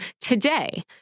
today